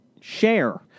share